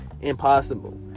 impossible